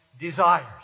desires